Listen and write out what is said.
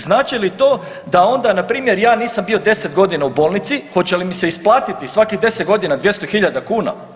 Znači li to da onda npr. ja nisam bio 10 godina u bolnici, hoće li mi se isplatiti svakih 10 godina 200.000 kuna?